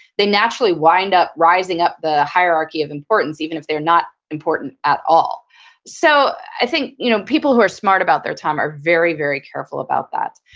they naturally wind up rising up the hierarchy of importance even if they're not important at all so i think you know people who are smart about their time are very, very careful about that.